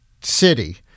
city